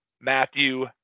Matthew